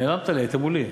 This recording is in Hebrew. נעלמת לי, היית מולי.